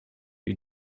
you